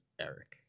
eric